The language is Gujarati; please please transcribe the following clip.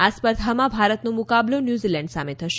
આ સ્પર્ધામાં ભારતનો મુકાબલો ન્યૂઝીલેન્ડ સામે થશે